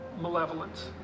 malevolence